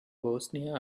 bosnia